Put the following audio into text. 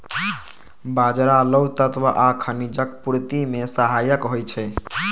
बाजरा लौह तत्व आ खनिजक पूर्ति मे सहायक होइ छै